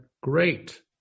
great